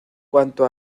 cuanto